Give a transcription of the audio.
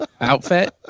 Outfit